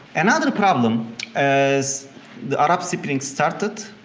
another problem as the arab spring started,